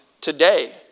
today